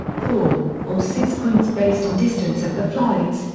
four, or six points based on distance of the flights,